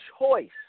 choice